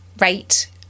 rate